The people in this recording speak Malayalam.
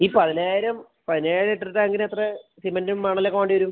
ഈ പതിനയ്യായിരം പതിനേഴ് ലിറ്റർ ടാങ്കിന് എത്ര സിമൻറ്റും മണൽ ഒക്കെ വേണ്ടി വരും